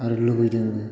आरो लुबैदोंबो